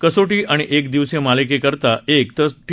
कसोटी आणि एकदिवसीय मालिकेकरता एक तसंच टी